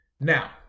Now